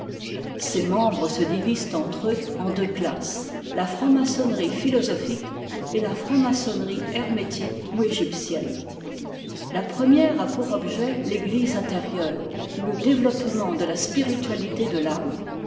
ses membres se divisent entre eux en deux classes la franc-maçonnerie philosophique et la franc-maçonnerie hermétique ou égyptienne la première a pour objet l'église intérieure ou le développement de la spiritualité de l'âme